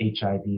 HIV